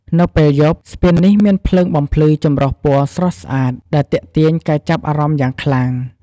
នៅពេលយប់ ស្ពាននេះមានភ្លើងបំភ្លឺចម្រុះពណ៌ស្រស់ស្អាត ដែលទាក់ទាញការចាប់អារម្មណ៍យ៉ាងខ្លាំង។